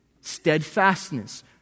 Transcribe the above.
steadfastness